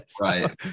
Right